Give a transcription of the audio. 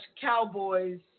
Cowboys